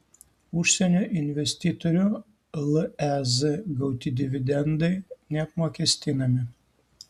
užsienio investitorių lez gauti dividendai neapmokestinami